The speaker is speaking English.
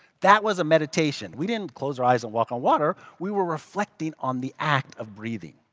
that was a meditation. we didn't close our eyes and walk on water. we were reflecting on the act of breathing.